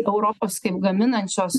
europos kaip gaminančios